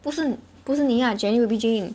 不是不是不是你啊 jennie ruby jane